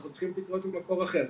אנחנו צריכים פטריות ממקור אחר.